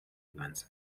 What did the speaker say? plants